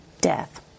death